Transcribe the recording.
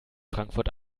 frankfurt